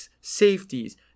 safeties